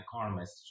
economist